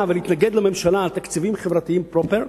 ולהתנגד לממשלה על תקציבים חברתיים פרופר,